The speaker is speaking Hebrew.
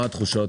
מה התחושות?